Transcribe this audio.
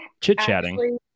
chit-chatting